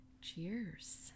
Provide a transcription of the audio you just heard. cheers